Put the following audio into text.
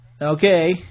Okay